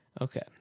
okay